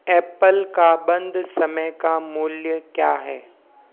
Apple का बंद समय का मूल्य क्या है